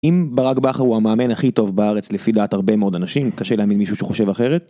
אם ברק בכר הוא המאמן הכי טוב בארץ לפי דעת הרבה מאוד אנשים קשה לי להאמין מישהו שחושב אחרת.